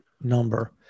number